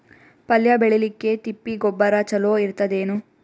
ಪಲ್ಯ ಬೇಳಿಲಿಕ್ಕೆ ತಿಪ್ಪಿ ಗೊಬ್ಬರ ಚಲೋ ಇರತದೇನು?